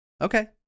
Okay